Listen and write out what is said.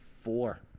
four